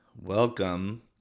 welcome